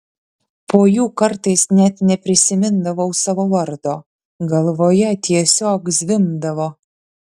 po jų kartais net neprisimindavau savo vardo galvoje tiesiog zvimbdavo